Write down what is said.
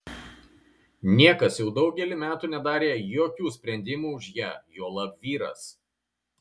niekas jau daugelį metų nedarė jokių sprendimų už ją juolab vyras